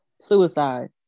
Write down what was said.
Suicide